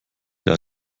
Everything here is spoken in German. der